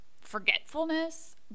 forgetfulness